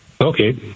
Okay